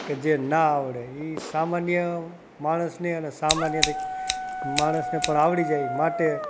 કે જે ના આવડે એ સામાન્ય માણસને અને સામાન્ય માણસને પણ આવડી જાય માટે